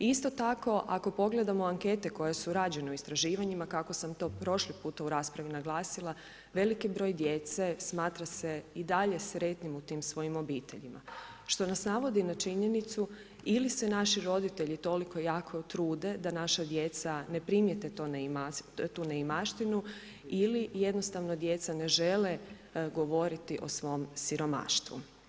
Isto tako, ako pogledamo ankete koje su rađene u istraživanjima, kako sam to prošli put u raspravi naglasila, veliki broj djece smatra se i dalje sretnim u tim svojim obiteljima što nas navodi na činjenicu, ili se naši roditelji toliko jako trude da naša djeca ne primijete tu neimaštinu, ili jednostavno djeca ne žele govoriti o svom siromaštvu.